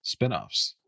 spinoffs